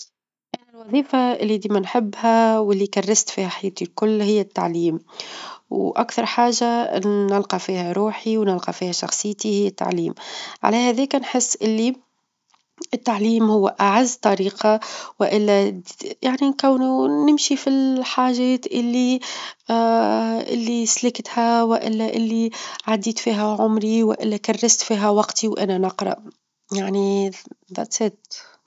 أنا الوظيفة اللي ديما نحبها، واللي كرست فيها حياتي الكل هي التعليم، وأكثر حاجة نلقى فيها روحي، ونلقى فيها شخصيتي هي التعليم، على هذيك نحس اللي التعليم هو أعز طريقة والا<> يعني نكونو نمشي في الحاجات -اللي- <> اللي سلكتها، والا اللي عديت فيها عمري، والا كرست فيها وقتي وأنا نقرأ، يعني هذه هي.